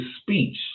speech